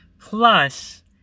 Plus